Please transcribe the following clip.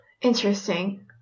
interesting